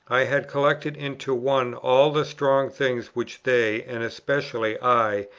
i had collected into one all the strong things which they, and especially i,